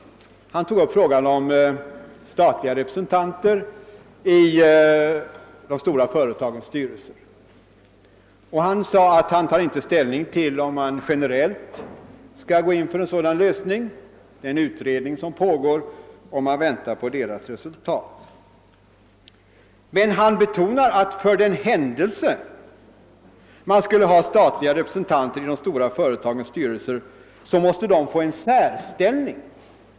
Han tog upp frågan om de statliga representanterna i de stora företagens styrelser och sade, att han inte tar ställning till om man generellt skall gå in för en sådan lösning. Det pågår en utredning, och man väntar på dess resultat. Men han betonade att för den händelse man skulle ha statliga representanter i de stora företagens styrelser, så måste de få en särställning.